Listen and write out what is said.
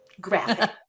graphic